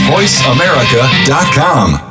VoiceAmerica.com